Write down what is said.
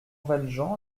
valjean